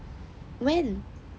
when